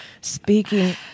Speaking